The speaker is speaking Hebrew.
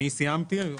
אני סיימתי.